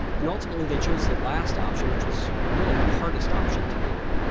and ultimately, they chose the last option, which was really the hardest option to do.